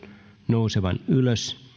nousemaan ylös